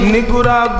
Nigura